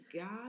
God